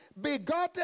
begotten